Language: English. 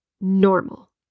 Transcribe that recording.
Normal